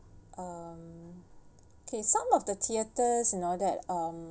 um okay some of the theatres and all that um